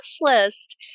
list